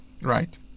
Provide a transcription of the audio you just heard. Right